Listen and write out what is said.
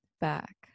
back